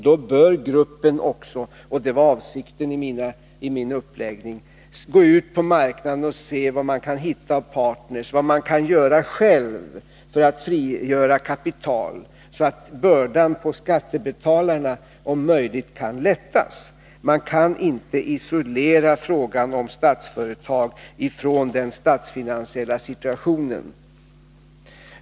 Då bör gruppen också — och det var avsikten med min uppläggning — gå ut på marknaden och se vilka partner man kan hitta och vad man kan göra själv för att frigöra kapital, så att bördan på skattebetalarna om möjligt kan lättas. Man kan inte isolera frågan om Statsföretag i från den statsfinansiella situationen.